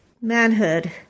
manhood